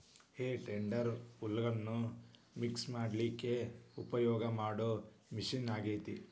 ಹೇ tedder ಹುಲ್ಲನ್ನ mix ಮಾಡ್ಲಿಕ್ಕೆ ಉಪಯೋಗ ಮಾಡೋ ಮಷೇನ್ ಆಗೇತಿ